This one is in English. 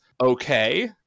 okay